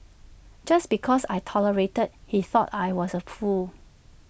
just because I tolerated he thought I was A fool